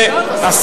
תחרות,